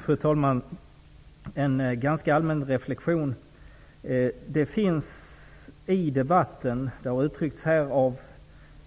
Fru talman! Jag vill göra en ganska allmän reflexion. Det finns i debatten -- det har uttryckts här av